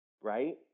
right